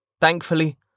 Thankfully